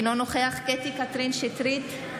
אינו נוכח קטי קטרין שטרית,